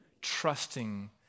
trusting